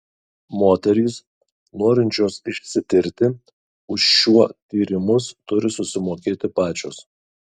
moterys norinčios išsitirti už šiuo tyrimus turi susimokėti pačios